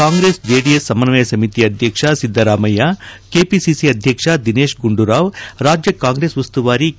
ಕಾಂಗ್ರೆಸ್ ಜೆಡಿಎಸ್ ಸಮ್ಹನಯ ಸಮಿತಿ ಅಧ್ಯಕ್ಷ ಸಿದ್ದರಾಮಯ್ಯ ಕೆಪಿಸಿಸಿ ಅಧ್ಯಕ್ಷ ದಿನೇತ್ ಗುಂಡೂರಾವ್ ರಾಜ್ಯ ಕಾಂಗ್ರೆಸ್ ಉಸ್ತುವಾರಿ ಕೆ